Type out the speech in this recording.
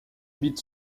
bits